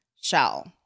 shell